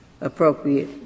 appropriate